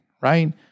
right